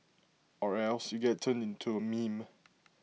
or else you get turned into A meme